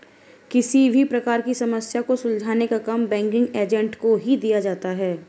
किसी भी प्रकार की समस्या को सुलझाने का काम बैंकिंग एजेंट को ही दिया जाता है